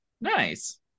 Nice